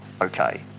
okay